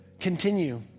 Continue